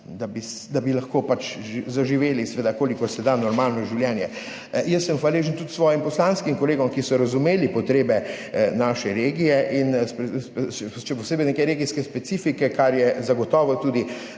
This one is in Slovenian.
da bi lahko zaživeli kolikor se da normalno življenje. Jaz sem hvaležen tudi svojim poslanskim kolegom, ki so razumeli potrebe naše regije, še posebej neke regijske specifike, kar je zagotovo tudi